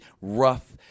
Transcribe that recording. rough